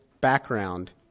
background